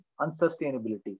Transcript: unsustainability